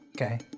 Okay